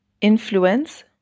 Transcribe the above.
Influence